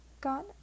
got